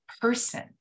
person